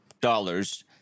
dollars